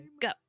Go